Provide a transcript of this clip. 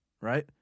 Right